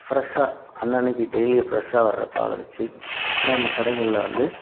ஃபிரெஷ்ஷாக அன்றன்னைக்கு டெய்லியும் ஃபிரெஷ்ஷாக வர பாலை வச்சு நம்ம கடைங்களில் வந்து